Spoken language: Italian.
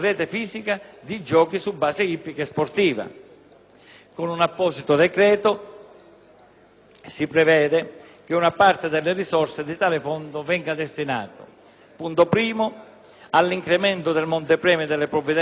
Con un apposito decreto, si prevede che una parte delle risorse di tale fondo venga destinata, in primo luogo, all'incremento del montepremi e delle provvidenze per l'allevamento dei cavalli e, in secondo